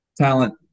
talent